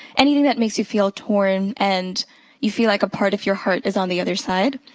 anything that makes you feel torn and you feel like a part of your heart is on the other side.